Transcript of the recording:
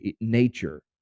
nature